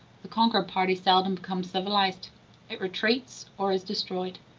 the conquered party seldom become civilized it retreats, or is destroyed.